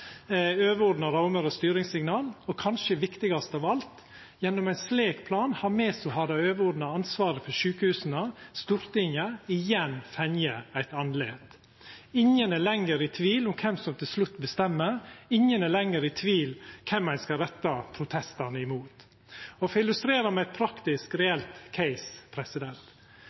overordna rammer og styringssignal. Og kanskje viktigast av alt: Gjennom ein slik plan har me som har det overordna ansvaret for sjukehusa, Stortinget, igjen fått eit andlet. Ingen er lenger i tvil om kven som til slutt bestemmer, ingen er lenger i tvil om kven ein skal retta protestane mot. For å illustrera med ein praktisk,